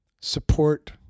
support